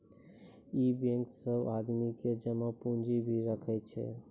इ बेंक सब आदमी के जमा पुन्जी भी राखै छै